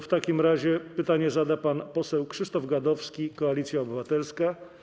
W takim razie pytanie zada pan poseł Krzysztof Gadowski, Koalicja Obywatelska.